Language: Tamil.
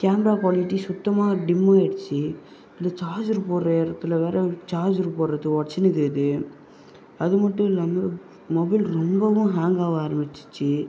கேமரா குவாலிட்டி சுத்தமா டிம்மா ஆகிடுச்சு இந்த சார்ஜர் போடுற இடத்துல வேற சார்ஜர் போடுறது உடச்சுனுக்குது அது மட்டும் இல்லாமல் மொபைல் ரொம்பவும் ஹாங்க் ஆக ஆரமிச்சிடுச்சு